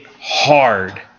hard